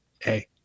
hey